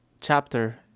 chapter